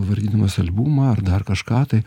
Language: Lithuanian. vartydamas albumą ar dar kažką tai